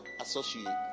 associate